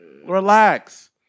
relax